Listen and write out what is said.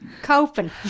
Coping